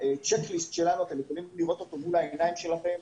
את הצ'ק ליסט שלנו אתם יכולים לראות מול העיניים שלכם,